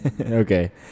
Okay